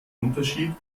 unterschied